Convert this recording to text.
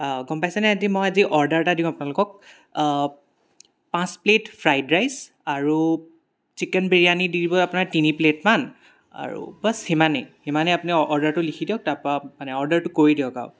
অঁ গম পাইছেনে মই এটি অৰ্ডাৰ এটা দিওঁ আপোনালোকক পাঁচ প্লেট ফ্ৰাইড ৰাইচ আৰু চিকেন বিৰিয়ানি দি দিব আপোনাৰ তিনি প্লেটমান আৰু বছ সিমানেই সিমানেই আপুনি অৰ্ডাৰটো লিখি দিয়ক তাপা অৰ্ডাৰটো লিখি দিয়ক আৰু